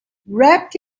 wrapped